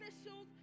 officials